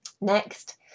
next